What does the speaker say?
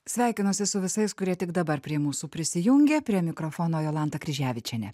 sveikinuosi su visais kurie tik dabar prie mūsų prisijungė prie mikrofono jolanta kryževičienė